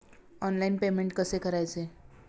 Online payment कसे करायचे?